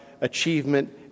achievement